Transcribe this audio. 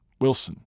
Wilson